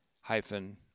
hyphen